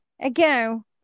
Again